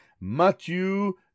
Matthew